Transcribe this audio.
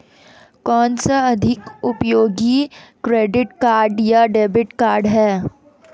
कौनसा अधिक उपयोगी क्रेडिट कार्ड या डेबिट कार्ड है?